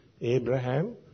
Abraham